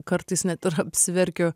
kartais net ir apsiverkiu